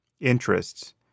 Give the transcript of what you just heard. interests